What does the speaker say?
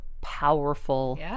powerful